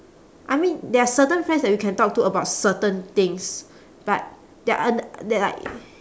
I mean there are certain friends that we can talk to about certain things but there are th~ there like